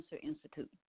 Institute